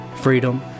freedom